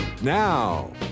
Now